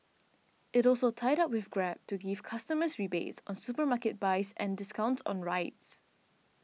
it also tied up with Grab to give customers rebates on supermarket buys and discounts on rides